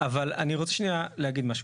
אבל אני רוצה שנייה להגיד משהו.